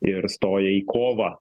ir stoja į kovą